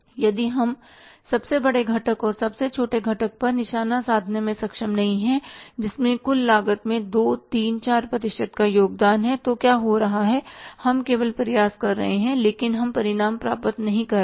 यदि हम सबसे बड़े घटक और सबसे छोटे घटक पर निशाना साधने में सक्षम नहीं हैं जिसमें कुल लागत में 2 3 4 प्रतिशत का योगदान है तो क्या हो रहा है कि हम केवल प्रयास कर रहे हैं लेकिन हम परिणाम प्राप्त नहीं कर रहे हैं